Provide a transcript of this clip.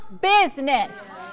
business